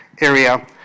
area